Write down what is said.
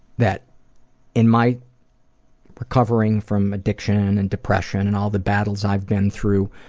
that in my recovering from addiction and depression and all the battles i've been through,